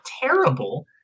terrible